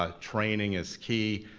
ah training is key.